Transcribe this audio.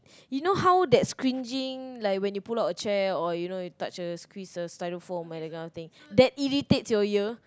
you know how that scringing like when you pull out a chair or you know you touch a squeeze a styrofoam that kind of thing that irritates your ear